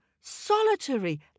solitary